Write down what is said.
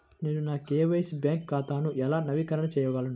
నేను నా KYC bank ఖాతాను ఎలా నవీకరణ చేయగలను?